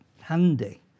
handy